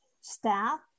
Staff